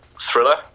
thriller